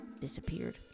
disappeared